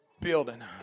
building